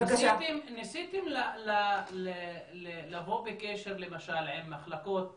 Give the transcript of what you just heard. ניסיתם לבוא בקשר למשל עם מחלקות